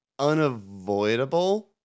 unavoidable